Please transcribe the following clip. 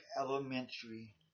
elementary